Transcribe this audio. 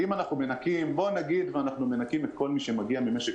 אם נגיד שאנחנו מנכים את כל מי שמגיע ממשק